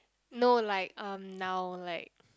no like um now like